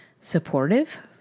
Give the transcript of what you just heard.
supportive